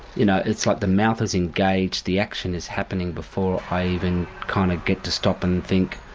you know, it's like the mouth is engaged, the action is happening before i even kind of get to stop and think,